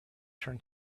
turned